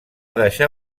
deixar